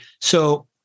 So-